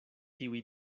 tiuj